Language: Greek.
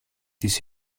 της